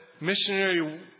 missionary